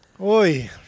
Oi